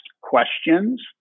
questions